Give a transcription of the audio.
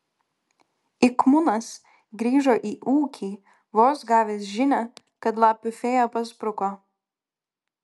ik munas grįžo į ūkį vos gavęs žinią kad lapių fėja paspruko